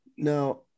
Now